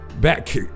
back